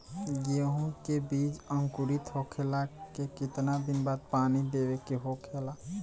गेहूँ के बिज अंकुरित होखेला के कितना दिन बाद पानी देवे के होखेला?